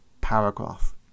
paragraph